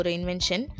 invention